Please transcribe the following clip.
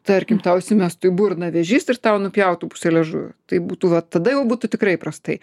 tarkim tau įsimestų į burną vėžys ir tau nupjautų liežuvį tai būtų va tada jau būtų tikrai prastai